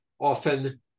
often